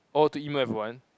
oh to email everyone